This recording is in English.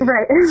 Right